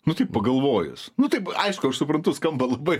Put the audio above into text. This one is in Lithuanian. nu taip pagalvojus nu taip aišku aš suprantu skamba labai